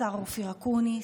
השר אופיר אקוניס,